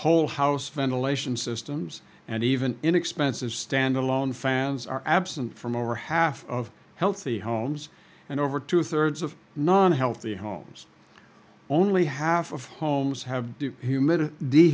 whole house ventilation systems and even inexpensive stand alone fans are absent from over half of healthy homes and over two thirds of non healthy homes only half of homes have you mid